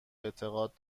اعتقاد